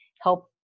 help